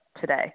today